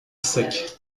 sec